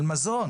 על מזון.